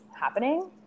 happening